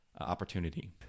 opportunity